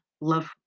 love